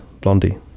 Blondie